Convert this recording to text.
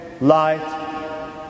light